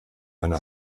eine